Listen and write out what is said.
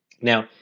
Now